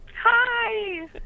Hi